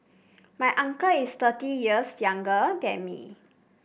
my uncle is thirty years younger than me